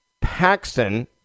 Paxson